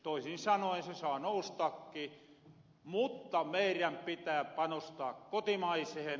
toisin sanoen se saa noustakki mutta meirän pitää panostaa kotimaisehen